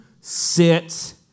sit